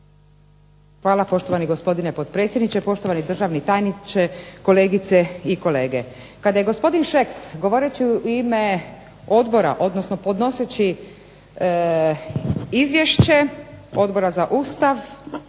Hvala poštovani gospodine potpredsjedniče, poštovani državni tajniče, kolegice i kolege. Kada je gospodin Šeks govoreći u ime odbora, odnosno podnoseći Izvješće Odbora za Ustav,